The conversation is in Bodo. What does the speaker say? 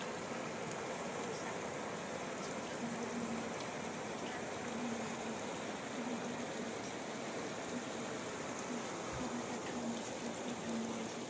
ड्राइभारखौ लिंहरदोंमोन जों लोगो साथाम गुवाहाटियाव थांनांगौ दंमोन बेनि थाखायनो ड्राइभारखौ लिंहरदोंमोन गाबोन फुङाव जोंखौ लांफैनांगौमोन क'क्राझार टाउननि सुदेमस्रि गामिनिफ्राय जोंखौ